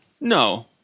No